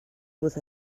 with